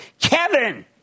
Kevin